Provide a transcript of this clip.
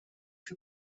się